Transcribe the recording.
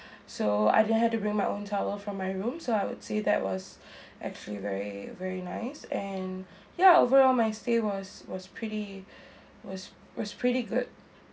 so I didn't have to bring my own towel from my room so I would say that was actually very very nice and ya overall my stay was was pretty was was pretty good